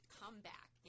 comeback